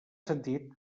sentit